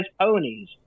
ponies